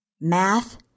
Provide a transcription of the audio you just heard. Math